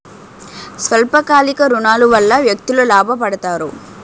స్వల్ప కాలిక ఋణాల వల్ల వ్యక్తులు లాభ పడతారు